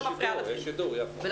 אנחנו